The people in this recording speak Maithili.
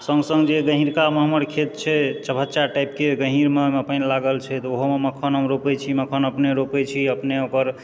सङ्ग सङ्ग जे गहिरकामे हमर खेत छै चौहच्चा टाइपके गहीरमे ओहिमे पइन लागल छै तऽ ओहोमे मखान हम रोपय छी मखान अपने रोपय छी अपने ओकर